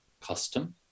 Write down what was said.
custom